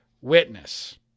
witness